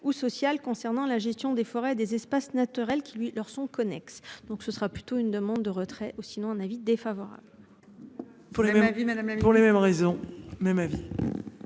ou social concernant la gestion des forêts des espaces naturels qui leur sont. Connexes, donc ce sera plutôt une demande de retrait ou sinon un avis défavorable.